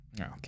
Okay